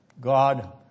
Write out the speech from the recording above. God